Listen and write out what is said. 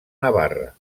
navarra